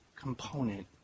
component